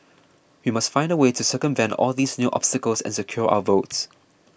we must find a way to circumvent all these new obstacles and secure our votes